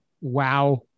wow